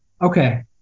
Okay